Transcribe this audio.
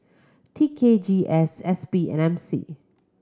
T K G S S P and M C